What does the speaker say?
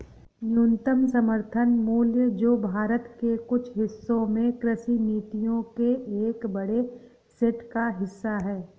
न्यूनतम समर्थन मूल्य जो भारत के कुछ हिस्सों में कृषि नीतियों के एक बड़े सेट का हिस्सा है